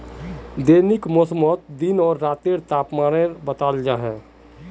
दैनिक मौसमोत दिन आर रातेर तापमानो बताल जाहा